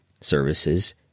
services